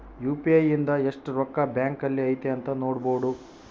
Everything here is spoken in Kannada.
ಯು.ಪಿ.ಐ ಇಂದ ಎಸ್ಟ್ ರೊಕ್ಕ ಬ್ಯಾಂಕ್ ಅಲ್ಲಿ ಐತಿ ಅಂತ ನೋಡ್ಬೊಡು